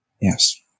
Yes